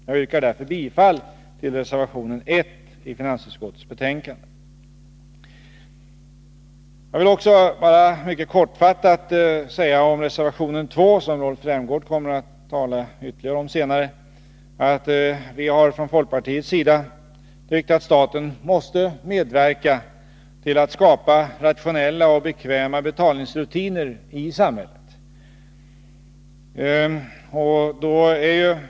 Jag yrkar därför bifall till reservation 1 i finansutskottets betänkande. Om reservation 2, som Rolf Rämgård senare kommer att tala mer om, vill jag bara mycket kortfattat säga att vi från folkpartiets sida har tyckt att staten måste medverka till att skapa rationella och bekväma betalningsrutiner i samhället.